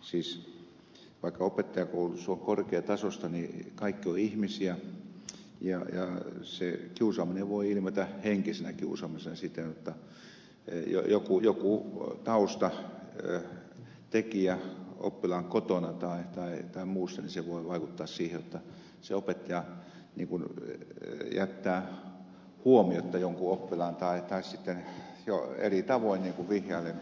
siis vaikka opettajankoulutus on korkeatasoista niin kaikki ovat ihmisiä ja se kiusaaminen voi ilmetä henkisenä kiusaamisena siten jotta joku taustatekijä oppilaan kotona tai muussa voi vaikuttaa siihen jotta opettaja jättää huomiotta jonkun oppilaan tai sitten jo eri tavoin vihjaillen